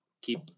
Keep